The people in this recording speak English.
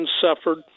suffered